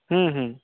हूँ हूँ